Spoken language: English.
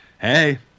hey